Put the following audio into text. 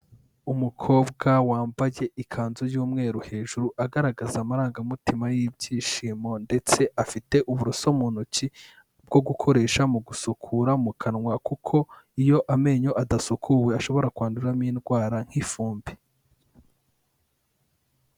Umukobwa wambaye ikanzu y'umweru hejuru, agaragaza amarangamutima y'ibyishimo ndetse afite uburoso mu ntoki bwo gukoresha mu gusukura mu kanwa, kuko iyo amenyo adasukuwe ashobora kwanduramo indwara nk'ifumbi.